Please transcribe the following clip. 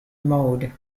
mode